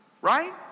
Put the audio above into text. right